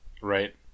Right